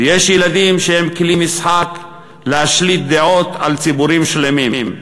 ויש ילדים שהם כלי משחק להשליט דעות על ציבורים שלמים,